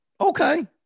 Okay